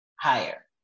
higher